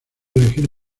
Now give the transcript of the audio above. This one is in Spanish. elegir